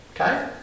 Okay